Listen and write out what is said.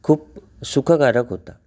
खूप सुखकारक होता